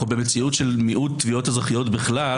אנחנו במציאות של מיעוט תביעות אזרחיות בכלל.